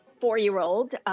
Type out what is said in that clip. four-year-old